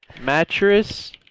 mattress